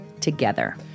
together